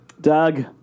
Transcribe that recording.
Doug